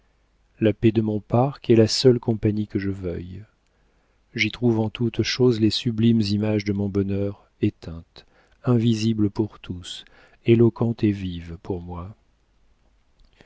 la paix de mon parc est la seule compagnie que je veuille j'y trouve en toute chose les sublimes images de mon bonheur éteintes invisibles pour tous éloquentes et vives pour moi